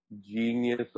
genius